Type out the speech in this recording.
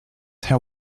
herr